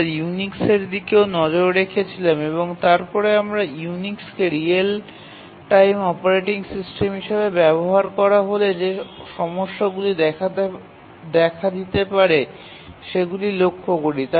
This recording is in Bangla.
আমরা ইউনিক্সের দিকেও নজর রেখেছিলাম এবং তারপরে আমরা ইউনিক্সকে রিয়েল টাইম অপারেটিং সিস্টেম হিসাবে ব্যবহার করা হলে যে সমস্যাগুলি দেখা দিতে পারে সেগুলি লক্ষ্য করি